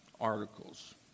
articles